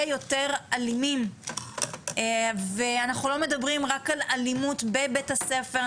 יותר אלימים ואנחנו לא מדברים רק על אלימות בבית הספר,